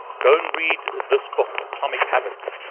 go and read this book atomic habits,